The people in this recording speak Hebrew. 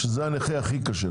שזה הנכה הכי קשה,